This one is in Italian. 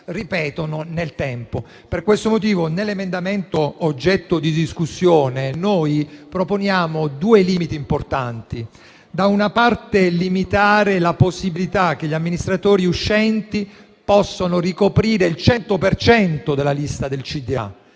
ripetono nel tempo. Per questo motivo, nell'emendamento oggetto di discussione, proponiamo due limiti importanti. Da una parte, si limita la possibilità che gli amministratori uscenti possano ricoprire il 100 per cento della